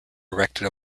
erected